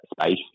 space